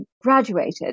graduated